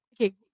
okay